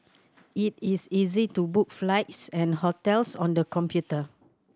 it is easy to book flights and hotels on the computer